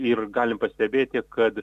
ir galim pastebėti kad